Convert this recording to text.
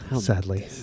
sadly